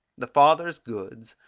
the father's goods,